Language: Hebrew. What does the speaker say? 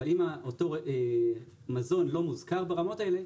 אבל אם אותו מזון לא מוזכר ברמות האלה,